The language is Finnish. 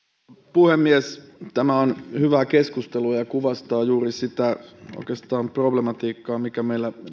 puhemies tämä on hyvää keskustelua ja kuvastaa oikeastaan juuri sitä problematiikkaa mikä meillä